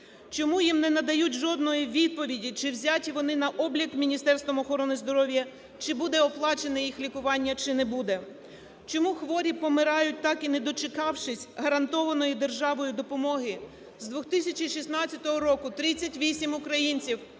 чому їм не надають жодної відповіді, чи взяті вони на облік Міністерством охорони здоров'я, чи буде оплачене їх лікування чи не буде? Чому хворі помирають, так і не дочекавшись гарантованої державою допомоги? З 2016 року 38 українців